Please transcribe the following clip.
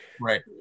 Right